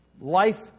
life